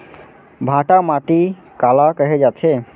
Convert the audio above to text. भांटा माटी काला कहे जाथे?